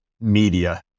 media